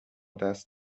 دست